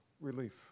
relief